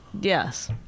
Yes